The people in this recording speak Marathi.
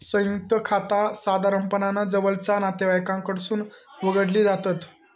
संयुक्त खाता साधारणपणान जवळचा नातेवाईकांकडसून उघडली जातत